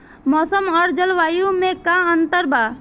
मौसम और जलवायु में का अंतर बा?